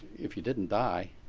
if you didn't die